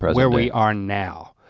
where we are now.